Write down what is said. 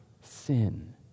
sin